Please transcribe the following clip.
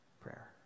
prayer